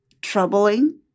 troubling